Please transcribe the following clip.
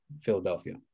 philadelphia